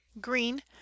Green